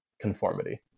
conformity